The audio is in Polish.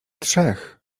trzech